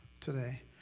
today